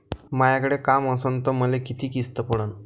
मायाकडे काम असन तर मले किती किस्त पडन?